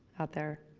out there?